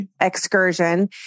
excursion